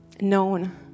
known